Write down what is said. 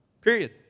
Period